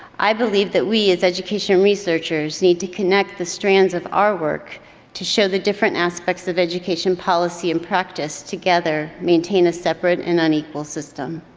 i believe that we, as education researchers need to connect the strands of our work to show the different aspects of education policy and practice together maintain a separate and unequal system.